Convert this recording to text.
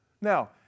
Now